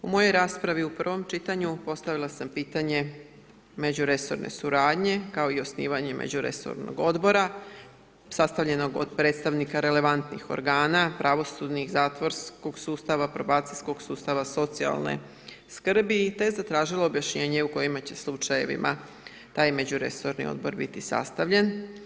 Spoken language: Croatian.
U mojoj raspravi u prvom čitanju postavila sam pitanje međuresorne suradnje kao i osnivanje međuresornog odbora, sastavljenog od predstavnika relevantnih organa, pravosudnih, zatvorskog sustava, probacijskog sustava, socijalne skrbi te zatražila objašnjenje u kojim će slučajevima taj međuresorni odbor biti sastavljen.